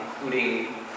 including